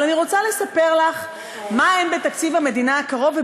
אבל אני רוצה לספר לך מה אין בתקציב המדינה הקרוב.